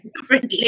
differently